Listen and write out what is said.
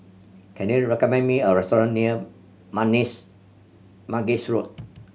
can you recommend me a restaurant near Mangis Road